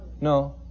No